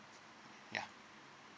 ya